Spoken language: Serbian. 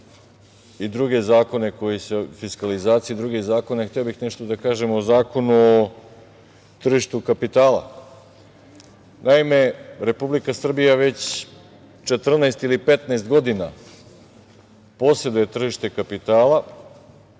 i druge zakone fiskalizacije, druge zakone, hteo bih nešto da kažem o Zakonu o tržištu kapitala. Naime, Republika Srbija već 14 ili 15 godina, poseduje tržište kapitala,